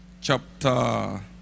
chapter